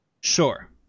sure